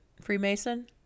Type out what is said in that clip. Freemason